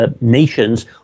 nations